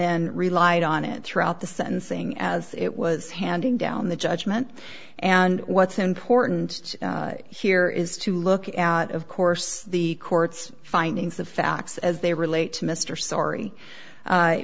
then relied on it throughout the sentencing as it was handing down the judgment and what's important here is to look at of course the court's findings the facts as they relate to mr sorry